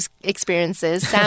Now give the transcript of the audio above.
experiences